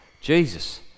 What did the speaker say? Jesus